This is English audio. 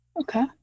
okay